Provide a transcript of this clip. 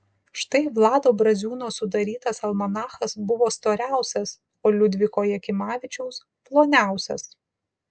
štai vlado braziūno sudarytas almanachas buvo storiausias o liudviko jakimavičiaus ploniausias